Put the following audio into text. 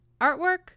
artwork